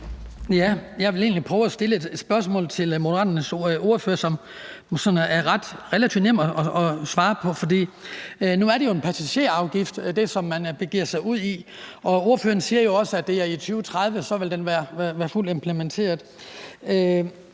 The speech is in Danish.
at stille et spørgsmål til Moderaternes ordfører, som det sådan er relativt nemt at svare på. Nu er det jo en passagerafgift, man begiver sig ud i, og ordføreren siger også, at den vil være fuldt implementeret